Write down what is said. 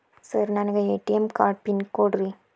Sir ನನಗೆ ATM card PIN ಕೊಡ್ರಿ?